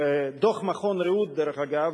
דוח מכון "רעות" דרך אגב,